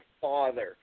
father